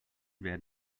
werden